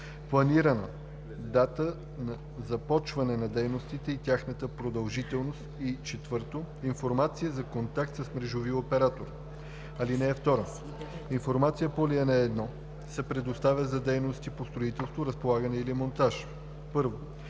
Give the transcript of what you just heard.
планирана дата на започване на дейностите и тяхната продължителност, и 4. информация за контакт с мрежовия оператор. (2) Информация по ал. 1 се предоставя за дейности по строителство, разполагане или монтаж: 1.